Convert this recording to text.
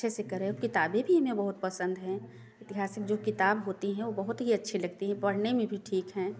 अच्छे से करें और किताबें भी इन्हें बहुत पसंद हैं इतिहास में जो किताब होती हैं वो बहुत ही अच्छी लगती है पढ़ने में भी ठीक हैं